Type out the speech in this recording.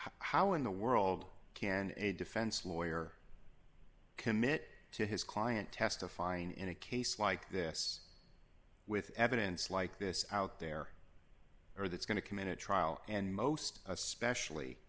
how in the world can a defense lawyer commit to his client testifying in a case like this with evidence like this out there or that's going to commit trial and most especially